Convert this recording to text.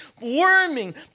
worming